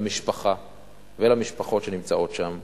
למשפחה ולמשפחות שנמצאות שם